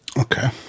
Okay